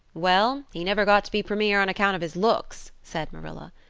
well, he never got to be premier on account of his looks, said marilla.